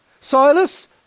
Silas